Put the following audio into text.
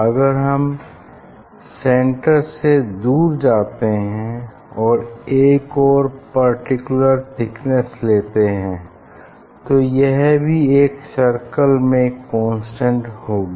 अगर हम सेन्टर से दूर जाते हैं और एक और पर्टिकुलर थिकनेस लेते हैं तो यह भी एक सर्कल में कांस्टेंट होगी